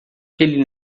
ele